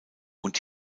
und